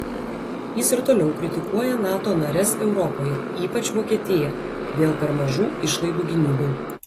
jis ir toliau kritikuoja nato nares europoje ypač vokietiją dėl per mažų išlaidų gynybai